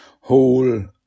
whole